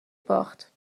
باخت